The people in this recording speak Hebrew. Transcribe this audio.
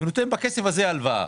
ונותן בכסף הזה הלוואה.